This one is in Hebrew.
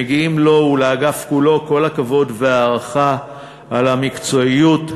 מגיעים לו ולאגף כולו כל הכבוד וההערכה על המקצועיות,